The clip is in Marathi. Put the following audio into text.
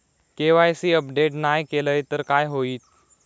के.वाय.सी अपडेट नाय केलय तर काय होईत?